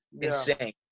insane